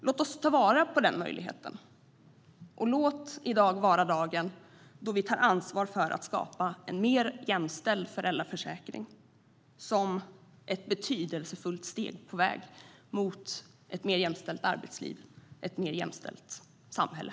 Låt oss ta vara på den möjligheten, och låt i dag vara dagen då vi tar ansvar för att skapa en mer jämställd föräldraförsäkring som ett betydelsefullt steg på vägen mot ett mer jämställt arbetsliv och ett mer jämställt samhälle!